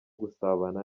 gusabana